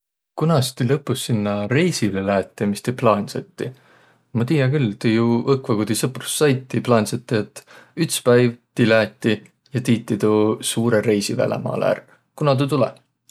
Kunas ti lõpus sinnäq reisile läätiq, mis ti plaansõtiq? Ma tiiä küll, ti jo õkva, ku ti tutvas saitiq, plaansõtiq, et üts päiv ti läätiq ja tiitiq tuu suurõ reisi välämaalõ ärq. Kuna tuu tulõ?